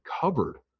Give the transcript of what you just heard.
covered